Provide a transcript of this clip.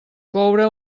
coure